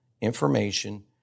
information